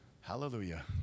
Hallelujah